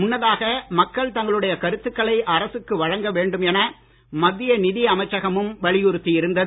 முன்னதாக மக்கள் தங்களுடைய கருத்துக்களை அரசுக்கு வழங்க வேண்டும் என மத்திய நிதி அமைச்சகமும் வலியுறுத்தி இருந்தது